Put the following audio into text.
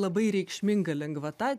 labai reikšminga lengvata